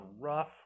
rough